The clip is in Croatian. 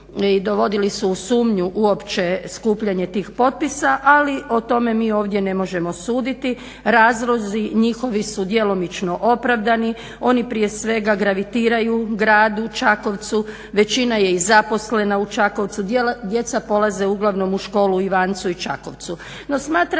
dovodili su u sumnju uopće skupljanje tih potpisa ali o tome mi ovdje ne možemo suditi. Razlozi njihovi su djelomično opravdani. Oni prije svega gravitiraju gradu Čakovcu, većina je i zaposlena u Čakovcu, djela polaze uglavnom u školu u Ivancu i Čakovcu.